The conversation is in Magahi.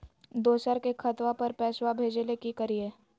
दोसर के खतवा पर पैसवा भेजे ले कि करिए?